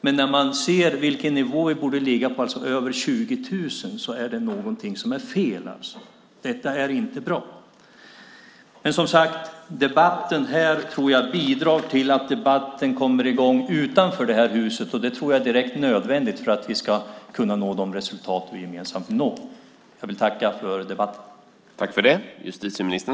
Men när man ser vilken nivå det borde ligga på, över 20 000, inser man att det är någonting som är fel. Detta är inte bra. Som sagt tror jag att debatten här bidrar till att debatten kommer i gång utanför det här huset, och det tror jag är direkt nödvändigt för att vi ska kunna nå de resultat som vi gemensamt vill nå. Jag vill tacka för debatten.